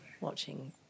watching